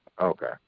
Okay